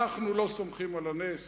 אנחנו לא סומכים על הנס.